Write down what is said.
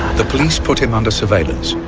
the police put him under surveillance,